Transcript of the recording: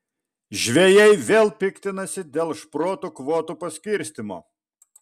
žvejai vėl piktinasi dėl šprotų kvotų paskirstymo